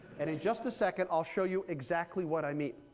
and in just a second, i'll show you exactly what i mean.